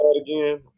again